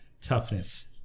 toughness